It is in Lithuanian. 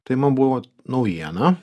tai man buvo naujiena